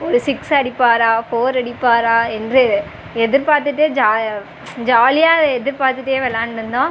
ஒரு சிக்ஸ் அடிப்பாரா ஃபோர் அடிப்பாரா என்று எதிர்பார்த்துட்டே ஜா ஜாலியாக எதிர்பார்த்துட்டே விளாண்டுருந்தோம்